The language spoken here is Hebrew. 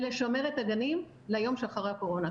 ולשמר את הגנים ליום שאחרי הקורונה,